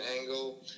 angle